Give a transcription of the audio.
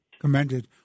commended